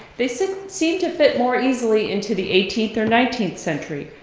they seem seem to fit more easily into the eighteenth or nineteenth century,